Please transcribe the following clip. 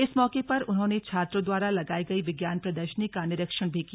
इस मौके पर उन्होंने छात्रों द्वारा लगाई गई विज्ञान प्रदर्शनी का निरिक्षण भी किया